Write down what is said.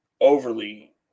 overly